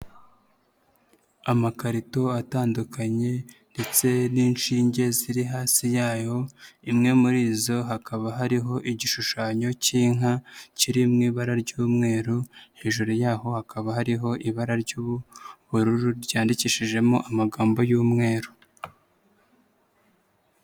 Amakarito atandukanye ndetse n'inshinge ziri hasi yayo, imwe muri izo hakaba hariho igishushanyo cy'inka, kiri mu ibara ry'umweru, hejuru yaho hakaba hariho ibara ry'ububururu ryandikishijemo amagambo y'umweru.